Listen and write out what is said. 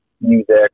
music